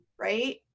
Right